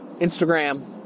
Instagram